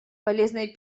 полезная